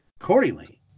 accordingly